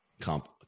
comp